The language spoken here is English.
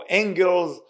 angles